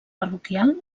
parroquial